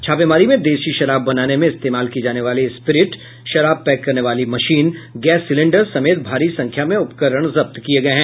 छापेमारी में देशी शराब बनाने में इस्तेमाल की जाने वाली स्प्रीट शराब पैक करने वाली मशीन गैस सिलेंडर समेत भारी संख्या में उपकरण जब्त किये गये हैं